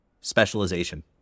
specialization